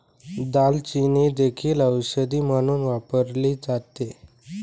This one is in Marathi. दालचिनी देखील औषध म्हणून वापरली जाते